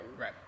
Right